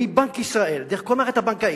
מבנק ישראל דרך כל המערכת הבנקאית,